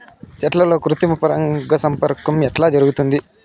చెట్లల్లో కృత్రిమ పరాగ సంపర్కం ఎట్లా జరుగుతుంది?